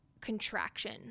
contraction